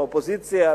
מהאופוזיציה.